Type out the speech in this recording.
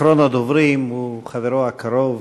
אחרון הדוברים הוא חברו הקרוב